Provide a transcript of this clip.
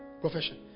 profession